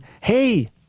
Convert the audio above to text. hey